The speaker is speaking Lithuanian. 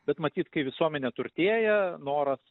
bet matyt kai visuomenė turtėja noras